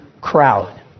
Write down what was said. crowd